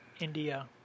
India